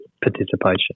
participation